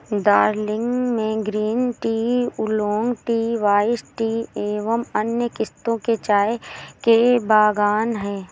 दार्जिलिंग में green tea, oolong tea, white tea एवं अन्य किस्म के चाय के बागान हैं